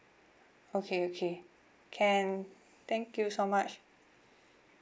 okay okay can thank you so much